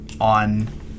on